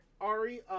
Ari